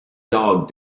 dog